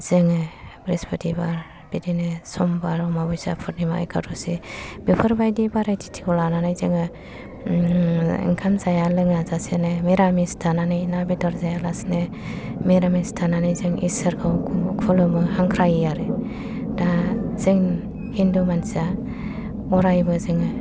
जोङो ब्रिसफथिबार बिदिनो समबार अमाबैसा पुर्निमा एकाद'सि बेफोर बादि बाराय थिथिखौ लानानै जोङो ओंखाम जाया लोङा जासेनो मिरामिस थानानै ना बेदर जायालासेनो मिरामिस थानानै जों इसोरखौ खुलुमो हांख्रायो आरो दा जों हिन्दु मानसिया अरायबो जोङो